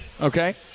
Okay